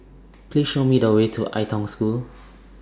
Please Show Me The Way to Ai Tong School